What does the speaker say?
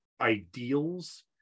ideals